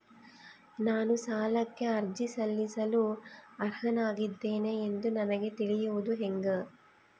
ನಾನು ಸಾಲಕ್ಕೆ ಅರ್ಜಿ ಸಲ್ಲಿಸಲು ಅರ್ಹನಾಗಿದ್ದೇನೆ ಎಂದು ನನಗ ತಿಳಿಯುವುದು ಹೆಂಗ?